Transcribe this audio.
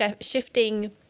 shifting